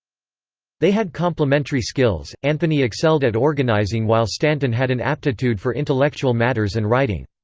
they had complementary skills anthony excelled at organizing while stanton had an aptitude for intellectual matters and writing.